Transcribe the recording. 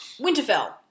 Winterfell